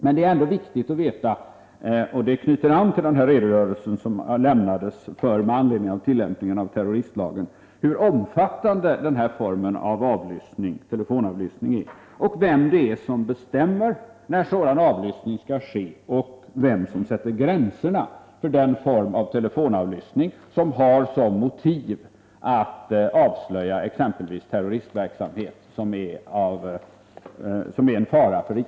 Men det är ändå viktigt att veta — och det knyter an till den redogörelse som lämnades med anledning av tillämpningen av terroristlagen: Hur omfattande är den här formen av telefonavlyssning? Vem är det som bestämmer när sådan avlyssning skall ske? Vem sätter gränserna för den form av telefonavlyssning som har som motiv att avslöja exempelvis terroristverksamhet som är en fara för rikets säkerhet?